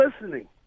listening